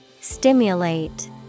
Stimulate